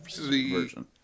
version